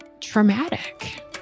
traumatic